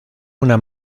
una